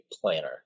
planner